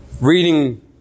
reading